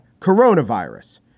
coronavirus